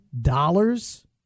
dollars